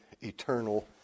eternal